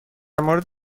مورد